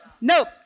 Nope